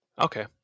Okay